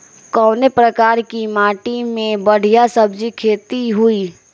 कवने प्रकार की माटी में बढ़िया सब्जी खेती हुई?